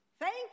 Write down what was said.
Thank